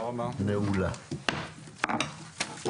הישיבה ננעלה בשעה 09:50.